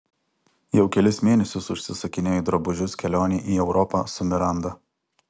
jau kelis mėnesius užsisakinėju drabužius kelionei į europą su miranda